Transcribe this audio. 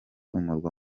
umurwa